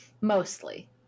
mostly